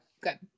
Good